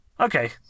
Okay